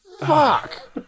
fuck